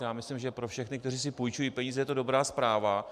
Já myslím, že pro všechny, kteří si půjčují peníze, je to dobrá zpráva.